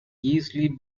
easily